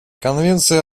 конвенция